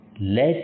Let